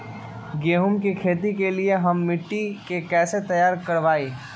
गेंहू की खेती के लिए हम मिट्टी के कैसे तैयार करवाई?